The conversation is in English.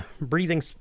breathing